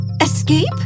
Escape